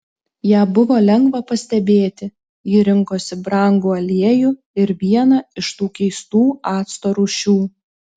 ją buvo lengva pastebėti ji rinkosi brangų aliejų ir vieną iš tų keistų acto rūšių